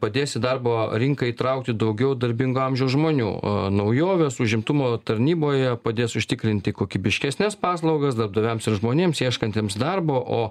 kad padės į darbo rinką įtraukti daugiau darbingo amžiaus žmonių naujovės užimtumo tarnyboje padės užtikrinti kokybiškesnes paslaugas darbdaviams ir žmonėms ieškantiems darbo o